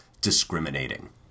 discriminating